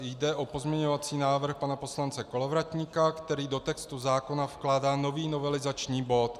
Jde o pozměňovací návrh pana poslance Kolovratníka, který do textu zákona vkládá nový novelizační bod.